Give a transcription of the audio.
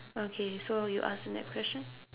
okay so you ask me that question